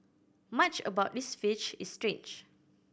much about this fish is strange